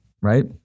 right